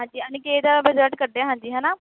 ਹਾਂਜੀ ਅਨੀਕੇਤ ਦਾ ਮੈਂ ਰਿਜ਼ਲਟ ਕੱਢਿਆ ਹਾਂਜੀ ਹੈ ਨਾ